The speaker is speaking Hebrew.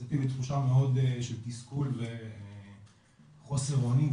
יצאתי בתחושה של תסכול וחוסר אונים,